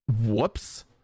Whoops